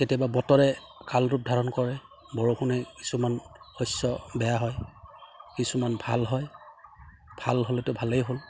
কেতিয়াবা বতৰে কাল ৰূপ ধাৰণ কৰে বৰষুণে কিছুমান শস্য বেয়া হয় কিছুমান ভাল হয় ভাল হ'লেতো ভালেই হ'ল